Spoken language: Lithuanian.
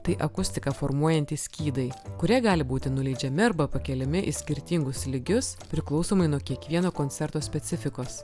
tai akustiką formuojantys skydai kurie gali būti nuleidžiami arba pakeliami į skirtingus lygius priklausomai nuo kiekvieno koncerto specifikos